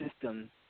system